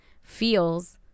feels